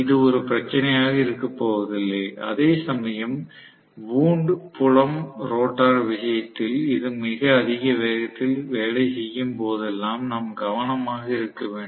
இது ஒரு பிரச்சினையாக இருக்கப்போவதில்லை அதேசமயம் வூண்ட் புலம் ரோட்டார் விஷயத்தில் அது மிக அதிக வேகத்தில் வேலை செய்யும் போதெல்லாம் நாம் கவனமாக இருக்க வேண்டும்